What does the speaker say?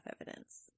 evidence